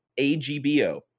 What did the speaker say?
AGBO